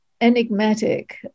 enigmatic